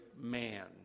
man